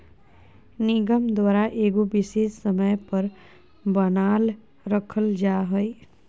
निगम द्वारा एगो विशेष समय पर बनाल रखल जा हइ